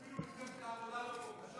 אפילו מפלגת העבודה לא פה.